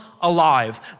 alive